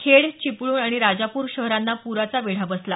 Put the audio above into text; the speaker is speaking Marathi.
खेड चिपळूण आणि राजापूर शहरांना प्राचा वेढा बसला